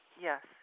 Yes